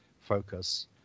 focus